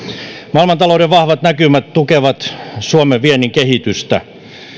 maailmantalouden vahvat näkymät tukevat suomen viennin kehitystä